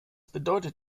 bedeutet